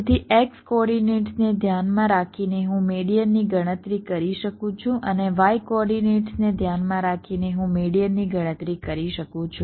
તેથી x કોઓર્ડિનેટ્સને ધ્યાનમાં રાખીને હું મેડીઅનની ગણતરી કરી શકું છું અને y કોઓર્ડિનેટ્સને ધ્યાનમાં રાખીને હું મેડીઅનની ગણતરી કરી શકું છું